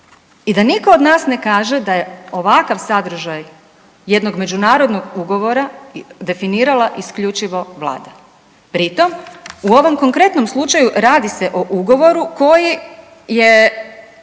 i da nitko od nas ne kaže da je ovakav sadržaj jednog međunarodnog ugovora definirala isključivo Vlada. Pri tom u ovom konkretnom slučaju radi se o ugovoru koji je